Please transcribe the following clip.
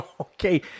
Okay